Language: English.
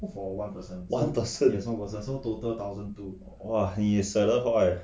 one person !whoa! 你也舍得花 eh